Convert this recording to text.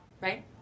right